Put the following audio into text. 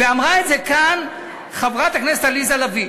ואמרה את זה כאן חברת הכנסת עליזה לביא,